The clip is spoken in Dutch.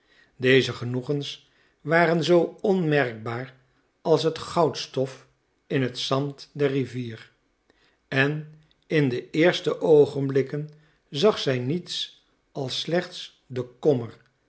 deze genoegens waren zoo onmerkbaar als het goudstof in het zand der rivier en in de eerste oogenblikken zag zij niets als slechts den kommer